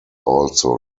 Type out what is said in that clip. also